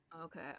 Okay